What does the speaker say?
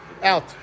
Out